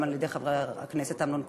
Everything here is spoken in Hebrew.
גם על-ידי חבר הכנסת אמנון כהן,